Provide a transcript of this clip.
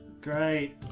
Great